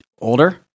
older